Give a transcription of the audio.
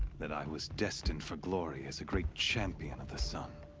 that i was destined for glory as a great champion of the sun.